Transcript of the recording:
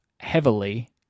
heavily